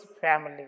family